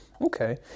Okay